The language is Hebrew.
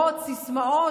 צה"ל.